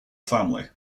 family